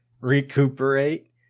recuperate